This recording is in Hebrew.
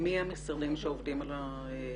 מי המשרדים שעובדים על זה?